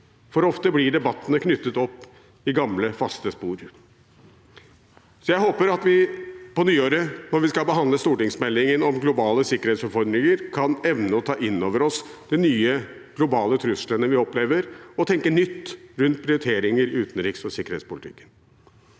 For ofte blir debattene knyttet opp til gamle, faste spor. Jeg håper at vi på nyåret, når vi skal behandle stortingsmeldingen om globale sikkerhetsutfordringer, kan evne å ta inn over oss de nye globale truslene vi opplever, og tenke nytt rundt prioriteringer i utenriks- og sikkerhetspolitikken.